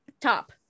top